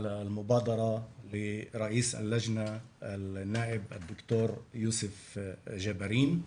היוזמה של יו"ר הוועדה ח"כ ד"ר יוסף ג'בארין,